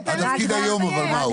התפקיד היום אבל מהו?